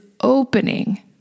opening